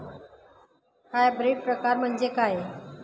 Hybrid प्रकार म्हणजे काय?